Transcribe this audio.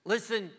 Listen